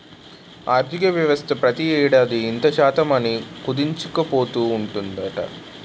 ఆర్థికవ్యవస్థ ప్రతి ఏడాది ఇంత శాతం అని కుదించుకుపోతూ ఉందట